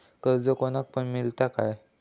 कर्ज कोणाक पण मेलता काय?